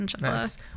Nice